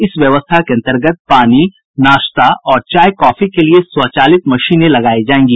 इस व्यवस्था के अंतर्गत पानी नाश्ता और चाय कॉफी के लिए स्वचालित मशीनें लगाई जायेंगी